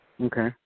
Okay